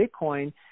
Bitcoin